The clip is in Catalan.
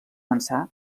ençà